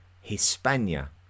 Hispania